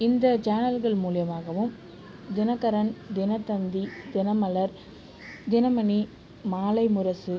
இந்த சேனல்கள் மூலிமாகவும் தினகரன் தினத்தந்தி தினமலர் தினமணி மாலைமுரசு